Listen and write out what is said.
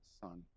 Son